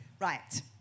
Right